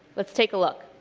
let's take a look.